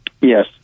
Yes